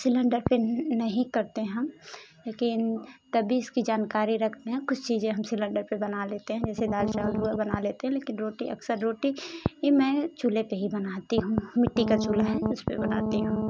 cylinder के नही करते हम लेकिन तब भी इसकी जानकारी रखते हैं कुछ चीजे हम सिलेंडर पर बना लेते हैं जैसे दाल चावल हुआ बना लेते हैं लेकिन रोटी अक्सर रोटी ये मैं चूल्हे पर ही बनाती हूँ मिट्टी का चूल्हा है उस पर बनाती हूँ